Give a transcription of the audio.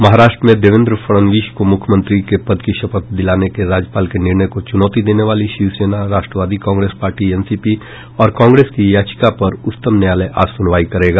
महाराष्ट्र में देवेंद्र फड़णवीस को मुख्यमंत्री के पद की शपथ दिलाने के राज्यपाल के निर्णय को चुनौती देने वाली शिवसेना राष्ट्रवादी कांग्रेस पार्टी एनसीपी और कांग्रेस की याचिका पर उच्चतम न्यायालय आज सुनवाई करेगा